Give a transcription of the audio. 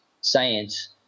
science